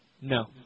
No